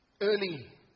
Early